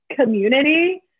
community